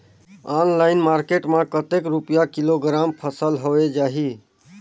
Online market मां कतेक रुपिया किलोग्राम फसल हवे जाही?